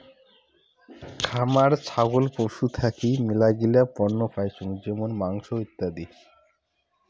খামার ছাগল পশু থাকি মেলাগিলা পণ্য পাইচুঙ যেমন মাংস, ইত্যাদি